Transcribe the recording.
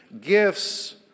gifts